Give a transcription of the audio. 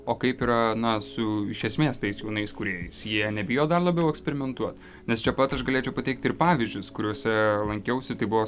o kaip yra na su iš esmės tais jaunais kūrėjais jie nebijo dar labiau eksperimentuot nes čia pat aš galėčiau pateikti ir pavyzdžius kuriuose lankiausi tai buvo